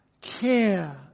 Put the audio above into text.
care